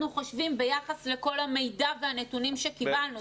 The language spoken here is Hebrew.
חושבים ביחס לכל המידע והנתונים שקיבלנו.